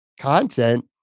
content